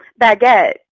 baguette